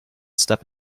step